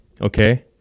okay